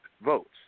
votes